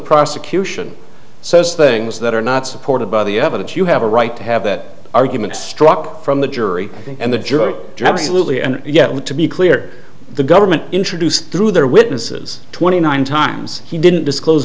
prosecution says things that are not supported by the evidence you have a right to have that argument struck from the jury and the jury jabs lewdly and yet to be clear the government introduced through their witnesses twenty nine times he didn't disclose